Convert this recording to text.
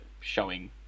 Showing